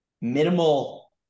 minimal